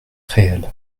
réel